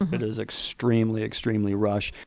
um it is extremely, extremely rushed.